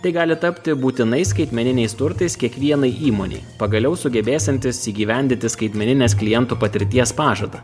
tai gali tapti būtinais skaitmeniniais turtais kiekvienai įmonei pagaliau sugebėsiantis įgyvendinti skaitmeninės kliento patirties pažadą